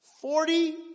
Forty